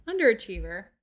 Underachiever